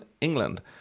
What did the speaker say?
England